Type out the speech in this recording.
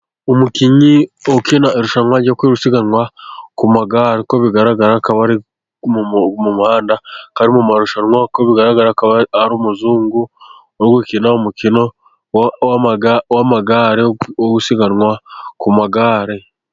Umukinnyi ukina irushanwa ryo gusiganwa ku magare. Uku bigaragara akaba ari mu muhanda, akaba ari mu marushanwa, uko bigaragaraba akaba ari umuzungu uri gukina umukino w'amagare wo gusiganwa ku magare.